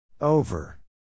Over